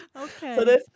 Okay